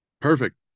Perfect